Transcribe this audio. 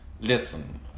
Listen